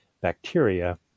bacteria